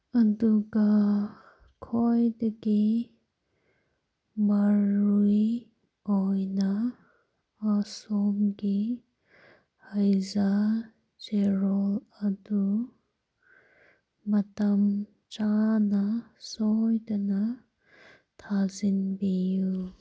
ꯑꯗꯨꯒ ꯈ꯭ꯋꯥꯏꯗꯒꯤ ꯃꯔꯨ ꯑꯣꯏꯅ ꯑꯁꯣꯝꯒꯤ ꯍꯥꯏꯖꯥ ꯆꯦꯔꯣꯜ ꯑꯗꯨ ꯃꯇꯝ ꯆꯥꯅ ꯁꯣꯏꯗꯅ ꯊꯥꯖꯤꯟꯕꯤꯌꯨ